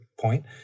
point